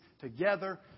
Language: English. together